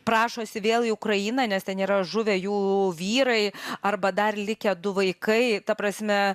prašosi vėl į ukrainą nes ten yra žuvę jų vyrai arba dar likę du vaikai ta prasme